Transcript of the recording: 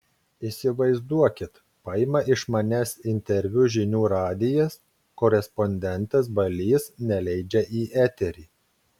įsivaizduokit paima iš manęs interviu žinių radijas korespondentas balys neleidžia į eterį